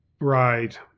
Right